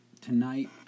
Tonight